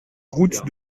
route